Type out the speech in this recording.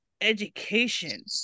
education